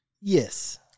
Yes